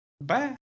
Bye